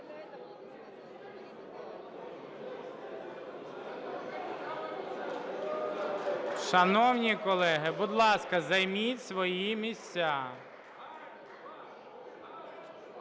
Шановні колеги, будь ласка, займіть свої місця.